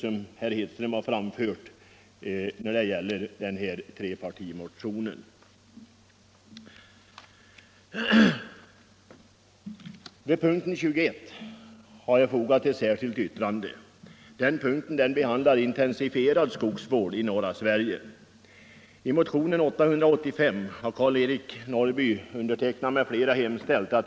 Om den trepartimotion som berör den saken kommer herr Johansson i Holmgården att tala.